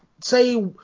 say